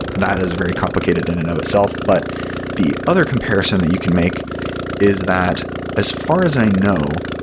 that is very complicated in and of itself. but the other comparison that you can make is that as far as i know,